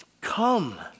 come